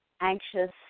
anxious